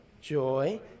joy